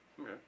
Okay